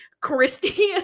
Christy